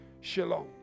shalom